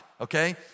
okay